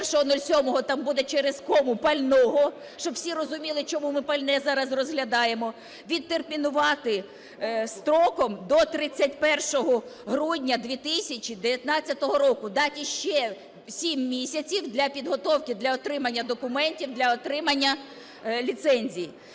01.07 там буде через кому "пального", щоб всі розуміли, чому ми пальне зараз розглядаємо) відтермінувати строком до 31 грудня 2019 року, дати ще 7 місяців для підготовки для отримання документів, для отримання ліцензій.